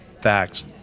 facts